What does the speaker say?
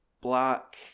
Black